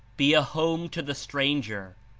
be a home to the stranger,